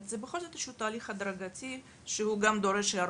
זה בכל זאת תהליך הדרגתי שדורש היערכות.